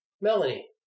Melanie